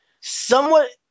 somewhat